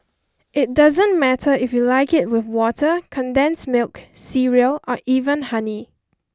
it doesn't matter if you like it with water condensed milk cereal or even honey